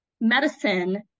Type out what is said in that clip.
medicine